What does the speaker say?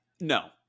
no